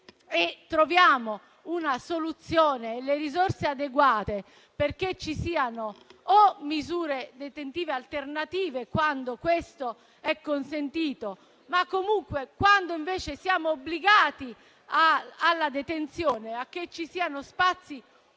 troviamo una soluzione e le risorse adeguate perché ci siano misure detentive alternative, quando questo è consentito, ma comunque quando invece siamo obbligati alla detenzione, di fare in modo che ci siano spazi